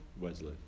Wesley